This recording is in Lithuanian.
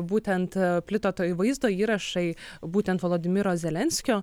būtent plito toj vaizdo įrašai būtent vladimiro zelenskio